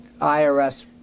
IRS